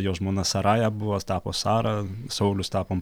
jo žmona saraja buvo tapo sara saulius tapo